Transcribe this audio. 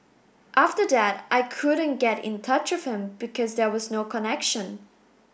after that I couldn't get in touch with him because there was no connection